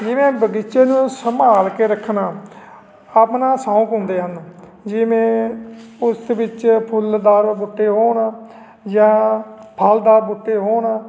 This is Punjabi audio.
ਜਿਵੇਂ ਬਗੀਚੇ ਨੂੰ ਸੰਭਾਲ ਕੇ ਰੱਖਣਾ ਆਪਣਾ ਸ਼ੌਂਕ ਹੁੰਦੇ ਹਨ ਜਿਵੇਂ ਉਸ ਵਿੱਚ ਫੁੱਲਦਾਰ ਬੂਟੇ ਹੋਣ ਜਾਂ ਫਲਦਾਰ ਬੂਟੇ ਹੋਣ